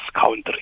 country